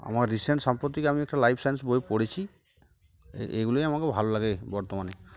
আমার রিসেন্ট সাম্প্রতিক আমি একটা লাইফ সায়েন্স বই পড়েছি এগুলোই আমাকেও ভালো লাগে বর্তমানে